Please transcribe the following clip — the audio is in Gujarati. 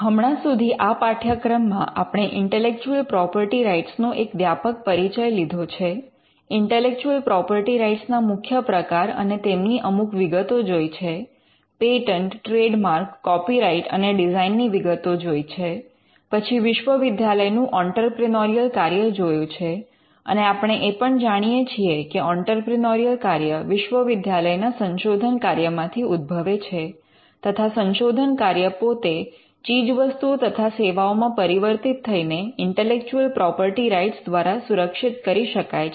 હમણાં સુધી આ પાઠ્યક્રમમાં આપણે ઇન્ટેલેક્ચુઅલ પ્રોપર્ટી રાઇટ્સ નો એક વ્યાપક પરિચય લીધો છે ઇન્ટેલેક્ચુઅલ પ્રોપર્ટી રાઇટ્સ ના મુખ્ય પ્રકાર અને તેમની અમુક વિગતો જોઈ છે પેટન્ટ ટ્રેડમાર્ક કૉપીરાઇટ્ અને ડિઝાઇન ની વિગતો જોઈ છે પછી વિશ્વવિદ્યાલયનું ઑંટરપ્રિનોરિયલ કાર્ય જોયું છે અને આપણે એ પણ જાણીએ છીએ કે ઑંટરપ્રિનોરિયલ કાર્ય વિશ્વવિદ્યાલયના સંશોધન કાર્યમાંથી ઉદભવે છે તથા સંશોધન કાર્ય પોતે ચીજવસ્તુઓ તથા સેવાઓમાં પરિવર્તિત થઈને ઇન્ટેલેક્ચુઅલ પ્રોપર્ટી રાઇટ્સ દ્વારા સુરક્ષિત કરી શકાય છે